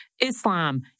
Islam